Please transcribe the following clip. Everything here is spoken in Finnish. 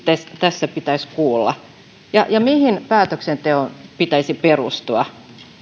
tässä pitäisi kuulla ja mihin päätöksenteon pitäisi perustua